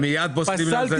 מיד פוסלים את הספרים?